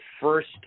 first